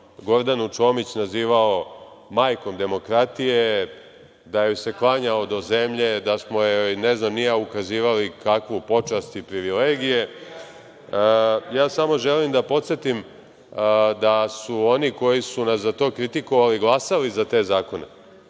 Gordanu Čomić nazivao majkom demokratije, da joj se klanjao do zemlje, da smo joj, ne znam ni ja, ukazivali kakvu počast i privilegije. Ja samo želim da podsetim da su oni koji su nas za to kritikovali glasali za te zakone.